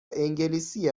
انگلیسی